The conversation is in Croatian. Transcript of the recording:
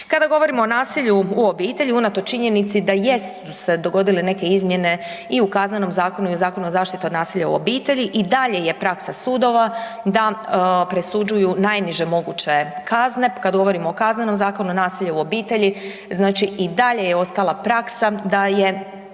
Kada govorimo o nasilju u obitelji, unatoč činjenici da jesu se dogodile neke izmjene i u Kaznenom zakonu i Zakonu o zaštiti od nasilja u obitelji, i dalje praksa sudova da presuđuju najniže moguće kazne, kad govorimo o Kaznenom zakonu nasilja u obitelji, znači i dalje je ostala praksa da je